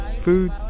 food